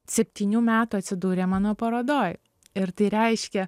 septynių metų atsidūrė mano parodoj ir tai reiškia